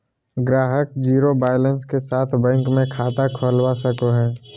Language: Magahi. ग्राहक ज़ीरो बैलेंस के साथ बैंक मे खाता खोलवा सको हय